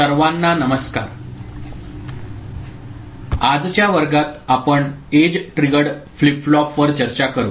सर्वांना नमस्कार आजच्या वर्गात आपण एज ट्रिगर्ड फ्लिप फ्लॉपवर चर्चा करू